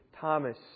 Thomas